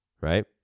right